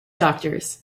doctors